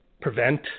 prevent